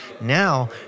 Now